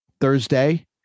Thursday